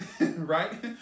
right